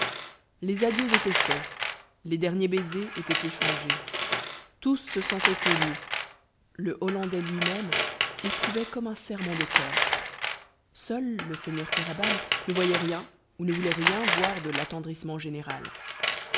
les adieux étaient faits les derniers baisers étaient échangés tous se sentaient émus le hollandais lui-même éprouvait comme un serrement de coeur seul le seigneur kéraban ne voyait rien ou ne voulait rien voir de l'attendrissement général